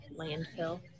landfill